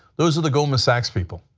those are the goldman sachs people.